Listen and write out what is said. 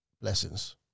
Blessings